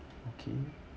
okay